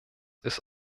ist